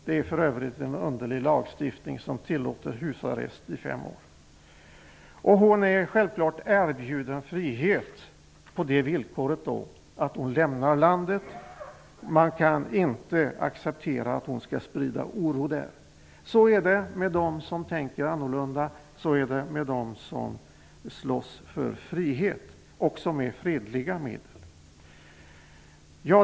Det är för övrigt en underlig lagstiftning som tillåter husarrest i fem år. Hon är erbjuden frihet, men på det villkoret att hon lämnar landet. Man kan inte acceptera att hon skall sprida oro där. Så är det med dem som tänker annorlunda och med dem som slåss för frihet, också med fredliga medel.